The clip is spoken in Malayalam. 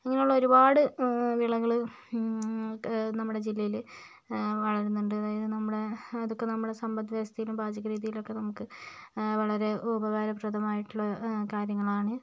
ഇങ്ങനെയുള്ള ഒരുപാട് വിളകള് നമ്മുടെ ജില്ലയില് വളരുന്നുണ്ട് അതായത് നമ്മുടെ ഇതൊക്കെ നമ്മുടെ സമ്പദ്വ്യവസ്ഥയിലും പാചകരീതിലുമൊക്കെ നമുക്ക് വളരെ ഉപകാരപ്രധമായിട്ടുള്ള കാര്യങ്ങളാണ്